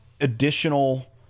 additional